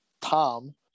Tom